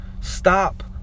stop